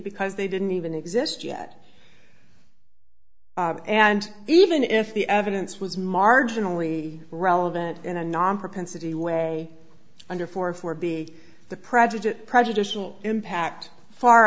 because they didn't even exist yet and even if the evidence was marginally relevant in a non propensity way under four for b the prejudice prejudicial impact far